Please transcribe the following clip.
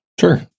Sure